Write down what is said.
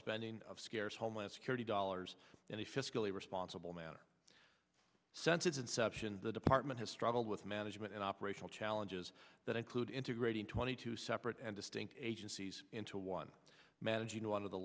spending of scarce homeland security dollars in a fiscally responsible manner sense it's inception the department has struggled with management and operational challenges that include integrating twenty two separate and distinct aging he's into one managing